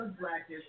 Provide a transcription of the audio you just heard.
blackish